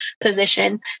position